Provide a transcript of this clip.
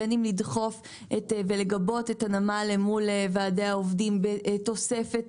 בין אם לדחוף ולגבות את הנמל מול ועדי העובדים בתוספת